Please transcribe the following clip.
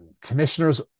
commissioners